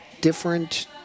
different